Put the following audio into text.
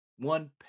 one